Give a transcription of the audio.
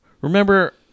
Remember